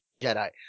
Jedi